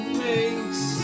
makes